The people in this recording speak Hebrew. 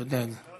אתה יודע את זה.